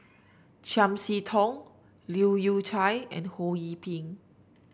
Chiam See Tong Leu Yew Chye and Ho Yee Ping